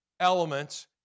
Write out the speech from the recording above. Elements